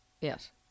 yes